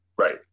Right